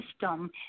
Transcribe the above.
system